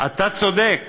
אתה צודק